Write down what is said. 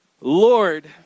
Lord